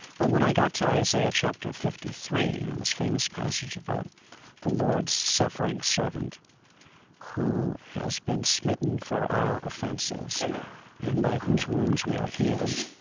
but when i got to isaiah chapter fifty three and this famous passage about the lord's suffering servant who has been smitten for our offenses and by whose wounds we are healed,